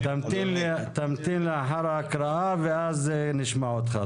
לא, תמתין לאחר ההקראה ואז נשמע אותך.